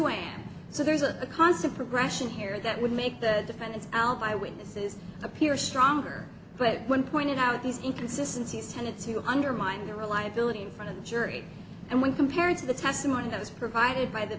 am so there's a constant progression here that would make the defend his alibi witnesses appear stronger but when pointed out these inconsistency tended to undermine their reliability in front of the jury and when compared to the testimony that was provided by the